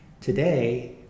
Today